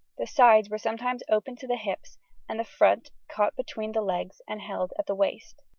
the sides were sometimes opened to the hips and the front caught between the legs and held at the waist.